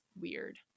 weird